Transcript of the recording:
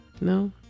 No